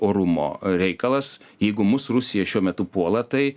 orumo reikalas jeigu mus rusija šiuo metu puola tai